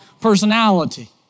personality